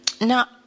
now